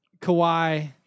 Kawhi